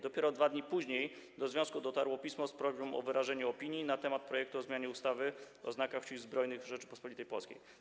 Dopiero 2 dni później do związku dotarło pismo z prośbą o wyrażenie opinii na temat projektu o zmianie ustawy o znakach Sił Zbrojnych Rzeczypospolitej Polskiej.